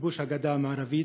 וכיבוש הגדה המערבית.